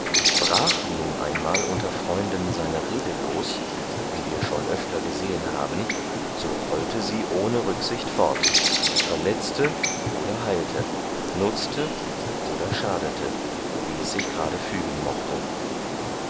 brach nun einmal unter freunden seine rede los wie wir schon öfter gesehen haben so rollte sie ohne rücksicht fort verletzte oder heilte nutzte oder schadete wie es sich gerade fügen mochte